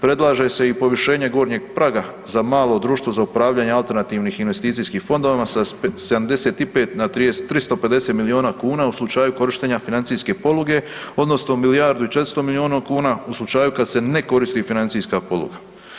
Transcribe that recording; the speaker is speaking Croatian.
Predlaže se i povišenje gornjeg praga za malo društvo za upravljanje alternativnim investicijskim fondovima sa 75 na 350 milijuna kuna u slučaju korištenja financijske poluge odnosno milijardu i 400 milijuna kuna u slučaju kada se ne koristi financijska poluga.